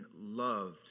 loved